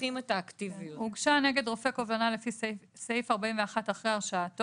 הגורם היחיד בחוק הזה